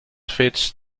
fits